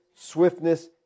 swiftness